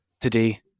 today